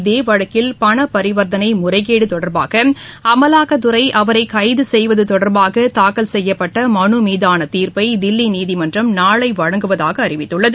இதேவழக்கில் பண பரிவர்த்தனை முறைகேடு தொடர்பாக அமலாக்கத்துறை அவரை கைது செய்வது தொடர்பாக தாக்கல் செய்யப்பட்ட மனு மீதான தீர்ப்பை தில்லி நீதிமன்றம் நாளை வழங்குவதாக அறிவித்துள்ளது